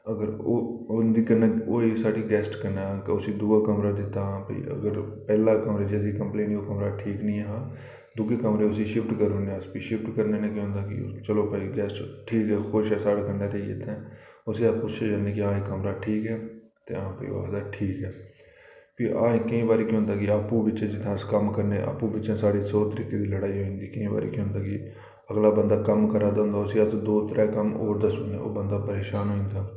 अगर ओह् होंदी होई साढ़ी गैस्ट कन्नै उसी दूआ कमरा दित्ता हां भाई अगर पैह्ला कमरा जिस दी कंपलेन ही ओह् कमरा ठीक निं ऐ हा फ्ही दूए कमरे च अस शिफ्ट करी ओड़ने शिफ्ट करने नै केह् होंदा कि ठीक ऐ चलो भाई गैस्ट ठीक ऐ खुश ऐ साढ़े कन्नै कन्नै इत्थैं उसी अस पुच्छने कि हां कमरा ठीक ऐ ते हां भाई ओह् आखदा ठीक ऐ फ्ही अस केईं बारी केह् होंदा कि अप्पूं बिच्चे जित्थें अस कम्म करने अप्पूं बिच्चें साढ़ी सौ तरीके दी लड़ाई होई जंदी केईं बारी केह् होंदा कि अगला बंदा कम्म करा दा होंदा उसी अस दो त्रै कम्म होर दस्सी ओड़ने ओह् बंदा परेशान होई जंदा